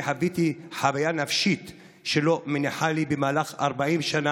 אני חוויתי חוויה נפשית שלא מניחה לי במהלך 40 שנה,